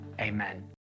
Amen